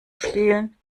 spielen